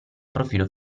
profilo